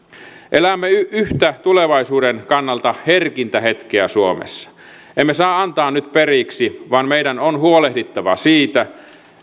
elämme tulevaisuuden kannalta yhtä herkimmistä hetkistä suomessa emme saa antaa nyt periksi vaan meidän on huolehdittava siitä